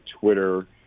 Twitter